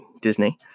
Disney